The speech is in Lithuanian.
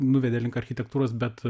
nuvedė link architektūros bet